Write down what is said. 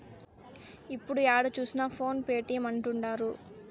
ఇప్పుడు ఏడ చూసినా ఫోన్ పే పేటీఎం అంటుంటారు